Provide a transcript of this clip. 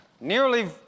nearly